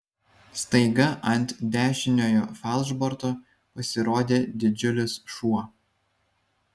staiga ant dešiniojo falšborto pasirodė didžiulis šuo